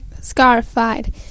scarified